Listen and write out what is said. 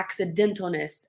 accidentalness